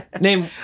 Name